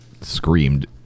screamed